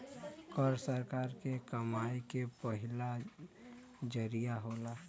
कर सरकार के कमाई के पहिला जरिया होला